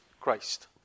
Christ